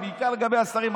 אבל בעיקר לגבי השרים.